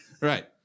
Right